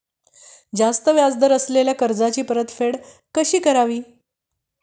जास्त व्याज दर असलेल्या कर्जाची परतफेड कशी करावी?